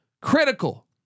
critical